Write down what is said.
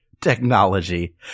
Technology